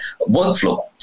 workflow